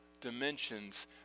dimensions